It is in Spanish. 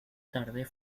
tarde